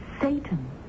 Satan